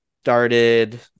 Started